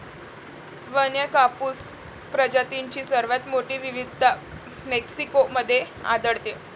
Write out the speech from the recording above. वन्य कापूस प्रजातींची सर्वात मोठी विविधता मेक्सिको मध्ये आढळते